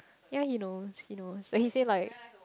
ya he knows he knows like he say like